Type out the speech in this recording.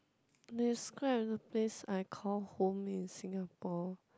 describe the place I called home in Singapore